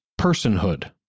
personhood